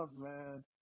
man